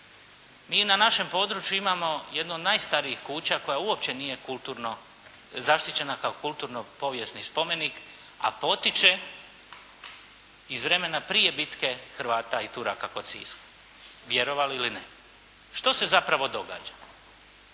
Mi na našem području imamo jednu od najstarijih kuća koja uopće nije zaštićena kao kulturno-povijesni spomenik, a potiče iz vremena prije bitke Hrvata i Turaka kod Siska, vjerovali ili ne. Što se zapravo događa?